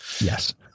Yes